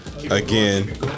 Again